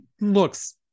looks